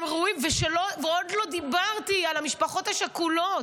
ועוד לא דיברתי על המשפחות השכולות.